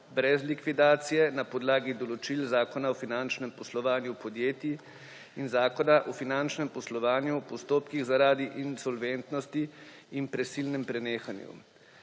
brez likvidacije na podlagi določil Zakona o finančnem poslovanju podjetij in Zakona o finančnem poslovanju, postopkih zaradi insolventnosti in prisilnem prenehanju.